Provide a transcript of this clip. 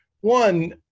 one